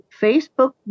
Facebook